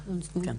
כן.